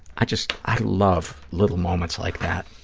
i just, i love little moments like that,